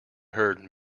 heard